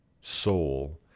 soul